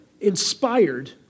inspired